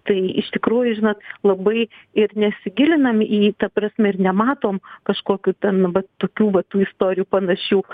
tai iš tikrųjų žinot labai ir nesigilinam į ta prasme ir nematom kažkokių ten vat tokių va tų istorijų panašių